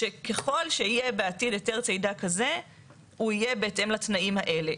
שככל שיהיה בעתיד היתר צידה כזה הוא יהיה בהתאם לתנאים האלה.